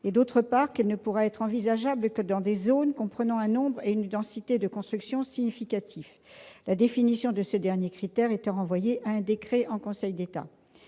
et, d'autre part, qu'elle ne pourra être envisageable que dans des zones comprenant un nombre et une densité de constructions significatifs, la définition de ce dernier critère étant renvoyée à un décret en Conseil d'État.